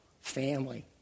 family